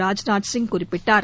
ராஜ்நாத் சிங் குறிப்பிட்டார்